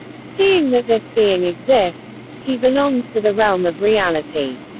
seeing that this being exists, he belongs to the realm of reality.